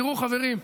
תראו, חברים,